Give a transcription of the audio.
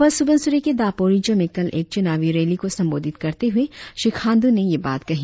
अपर सुबनसिरि के दापोरिजो में कल एक चुनावी रैली को संबोधित करते हुए श्री खांडू ने यह बात कही